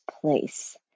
place